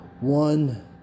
One